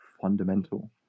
fundamental